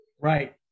Right